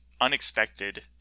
unexpected